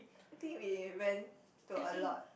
I think we went to a lot